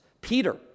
Peter